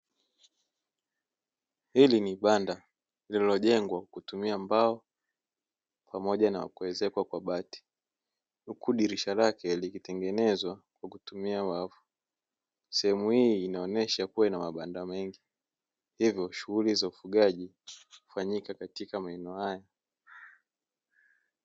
Hili ni banda lililojengwa kwa tumia mbao pamoja na kuezekwa kwa bati, huhu dirisha lake likitengenezwa kwa kutumia wavu, sehemu hii inaonyesha kuwa na mabanda mengi, hivyo shughuli za ufugaji hufanyika katika maeneo haya.